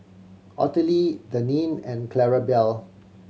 Ottilie Denine and Clarabelle